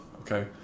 okay